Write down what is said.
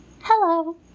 Hello